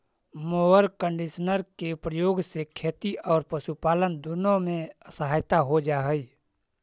mower conditioner के प्रयोग से खेत औउर पशुपालन दुनो में सहायता हो जा हई